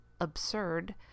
absurd